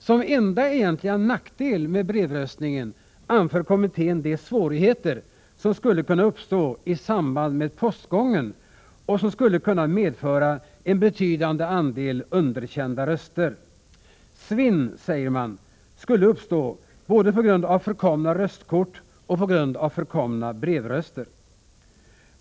Som enda egentliga nackdel med brevröstningen anför kommittén de svårigheter som skulle kunna uppstå i samband med postgången och som skulle kunna medföra en betydande andel underkända röster. ”Svinn”, säger man, skulle uppstå både på grund av förkomna röstkort och på grund av förkomna brevröster.